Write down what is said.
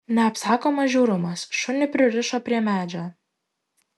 neapsakomas žiaurumas šunį pririšo prie medžio